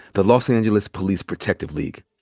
the los angeles police protective league.